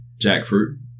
Jackfruit